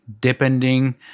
depending